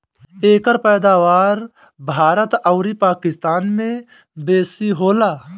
एकर पैदावार भारत अउरी पाकिस्तान में बेसी होला